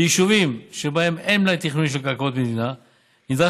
ביישובים שבהם אין מלאי תכנוני של קרקעות מדינה נדרש